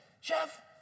Jeff